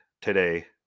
today